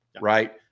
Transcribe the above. right